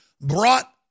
brought